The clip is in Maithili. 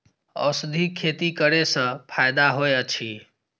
औषधि खेती करे स फायदा होय अछि?